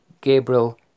Gabriel